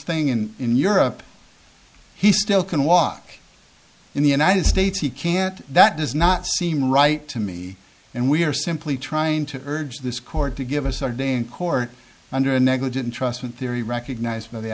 thing and in europe he still can walk in the united states he can't that does not seem right to me and we are simply trying to urge this court to give us our day in court under a negligent trust with theory recognized by the